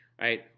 Right